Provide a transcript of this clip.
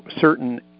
certain